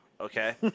Okay